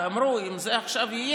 ואמרו שאם זה יהיה עכשיו,